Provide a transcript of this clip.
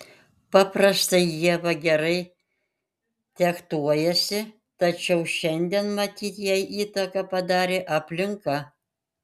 paprastai ieva gerai fechtuojasi tačiau šiandien matyt jai įtaką padarė aplinka